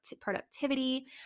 productivity